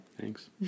Thanks